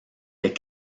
les